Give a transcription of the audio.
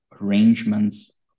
arrangements